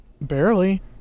Barely